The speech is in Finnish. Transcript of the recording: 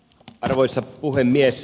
arvoisa puhemies